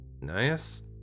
nice